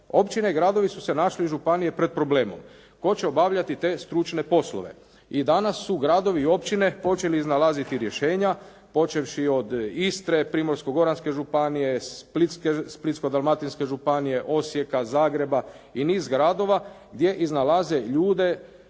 Općine i gradovi su se našli županije pred problemom. Tko će obavljati te stručne poslove? I danas su gradovi i općine počeli iznalaziti rješenja počevši od Istre, Primorsko-goranske županije, Splitsko-dalmatinske županije, Osijeka, Zagreba i niz gradova gdje iznalaze ljude